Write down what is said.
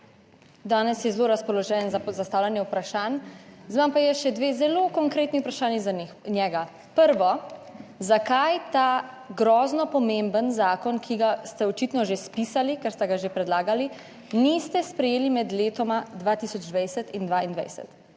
danes je zelo razpoložen za zastavljanje vprašanj, zdaj imam pa jaz še dve zelo konkretni vprašanji za njega. Prvo, zakaj ta grozno pomemben zakon, ki ga ste očitno že spisali, ker ste ga že predlagali, niste sprejeli med letoma 2020 in 2022.